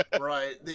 Right